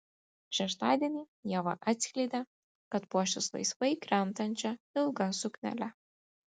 šeštadienį ieva atskleidė kad puošis laisvai krentančia ilga suknele